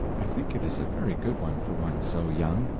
i think it is a very good one for one so young.